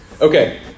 Okay